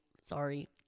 sorry